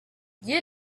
you